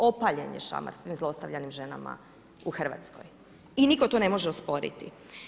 Opaljen je šamar svim zlostavljanim ženama u Hrvatskoj i nitko to ne može osporiti.